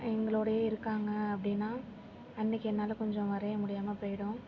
எங்களோடே இருக்காங்க அப்படினா அன்னைக்கு என்னால் கொஞ்சம் வரைய முடியாமல் போய்டும்